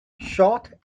shot